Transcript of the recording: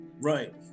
Right